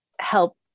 help